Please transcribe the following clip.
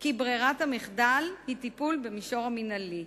כי ברירת המחדל היא טיפול במישור המינהלי.